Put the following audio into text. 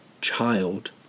child